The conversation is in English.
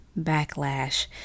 backlash